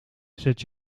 zet